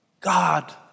God